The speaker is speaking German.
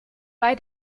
bei